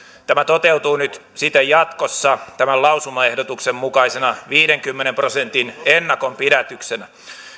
tämä toteutuu nyt siten jatkossa lausumaehdotuksen mukaisena viidenkymmenen prosentin ennakonpidätyksenä